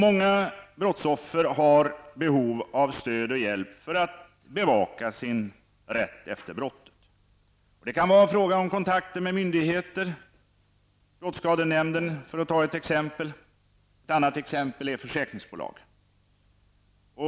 Många brottsoffer har behov av stöd och hjälp för att bevaka sin rätt efter brottet. Det kan vara fråga om kontakter med myndigheter, såsom exempelvis brottsskadenämnden och försäkringsbolag.